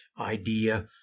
idea